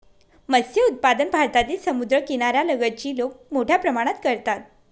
मत्स्य उत्पादन भारतातील समुद्रकिनाऱ्या लगतची लोक मोठ्या प्रमाणात करतात